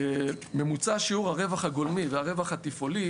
ממוצע שיעור הרווח הגולמי והרווח התפעולי